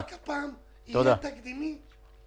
המאבק הפעם יהיה תקדימי.